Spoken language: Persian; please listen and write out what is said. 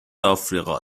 آفریقا